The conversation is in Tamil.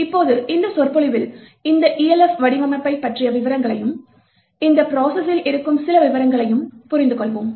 இப்போது இந்த சொற்பொழிவில் இந்த Elf வடிவமைப்பைப் பற்றிய விவரங்களையும் இந்த ப்ரோசஸில் இருக்கும் சில விவரங்களையும் புரிந்துகொள்வோம்